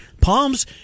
Palms